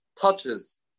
touches